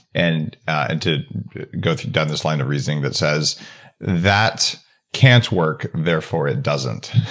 and and to go down this line of reasoning that says that can't work, therefore it doesn't.